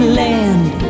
land